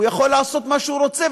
הוא יכול לעשות מה שהוא רוצה.